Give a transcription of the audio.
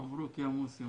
מברוק, מוסי.